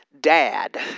dad